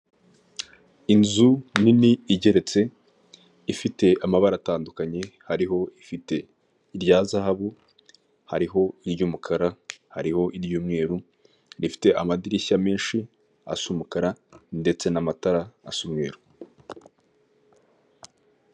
Inzu nini igeretse ifite amabara atandukanye, hariho ifite irya zahabu, hariho iry'umukara, hariho iry'umweru. Rifite amadirishya menshi asa umukara ndetse n’amatara asa umweru.